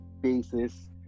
basis